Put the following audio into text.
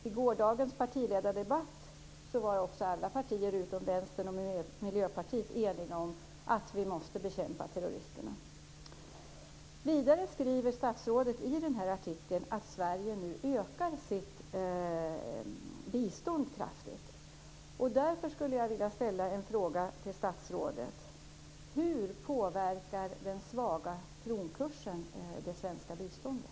I gårdagens partiledardebatt var alla partier, utom Vänstern och Miljöpartiet, eniga om att vi måste bekämpa terroristerna. Vidare skriver statsrådet i artikeln att Sverige ökar sitt bistånd kraftigt. Därför vill jag ställa en fråga till statsrådet. Hur påverkar den svaga kronkursen det svenska biståndet?